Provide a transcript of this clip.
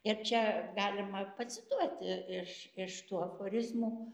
ir čia galima pacituoti iš iš tų aforizmų